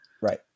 Right